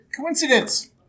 Coincidence